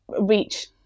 reach